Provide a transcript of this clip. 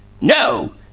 No